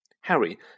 Harry